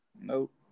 Nope